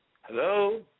Hello